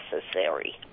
necessary